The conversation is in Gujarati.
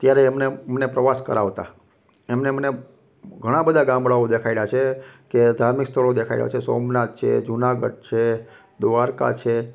ત્યારે એમને મને પ્રવાસ કરાવતા એમને મને ઘણાબધા ગામડાઓ દેખાડ્યા છે કે ધાર્મિક સ્થળો દેખાડ્યા છે સોમનાથ છે જુનાગઢ છે દ્વારિકા છે